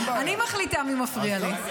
אני שואל אותך --- לא, הוא לא מפריע לי.